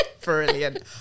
Brilliant